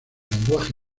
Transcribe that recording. lenguaje